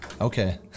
Okay